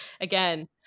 Again